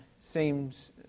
seems